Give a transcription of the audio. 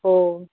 ᱚ